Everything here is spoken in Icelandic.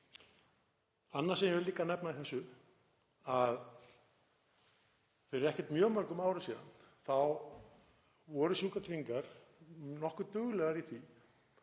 Annað sem ég vil líka nefna í þessu er að fyrir ekkert mjög mörgum árum síðan voru Sjúkratryggingar nokkuð duglegar í því